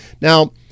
Now